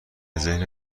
ذهن